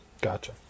Gotcha